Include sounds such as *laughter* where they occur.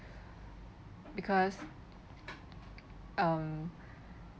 *breath* because um